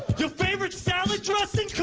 your favorite salad dressing?